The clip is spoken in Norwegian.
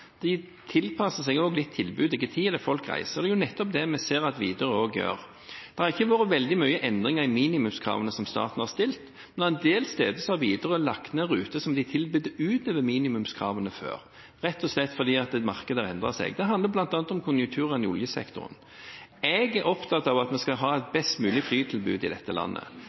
tilbudet litt til de tidene folk reiser. Det er nettopp det vi ser at Widerøe også gjør. Det har ikke vært veldig mange endringer i minimumskravene staten har stilt, men en del steder har Widerøe lagt ned ruter som de tilbød utover minimumskravene før, rett og slett fordi markedet har endret seg. Det handler bl.a. om konjunkturene i oljesektoren. Jeg er opptatt av at vi skal ha et best mulig flytilbud i dette landet.